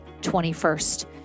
21st